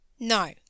No